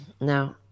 No